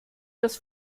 das